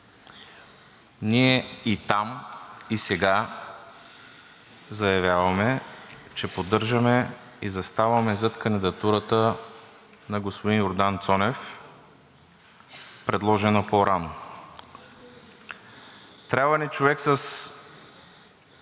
Ние и там, и сега заявяваме, че поддържаме и заставаме зад кандидатурата на господин Йордан Цонев, предложена по-рано. Трябва ни човек с